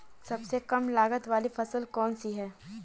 सबसे कम लागत वाली फसल कौन सी है?